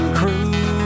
crew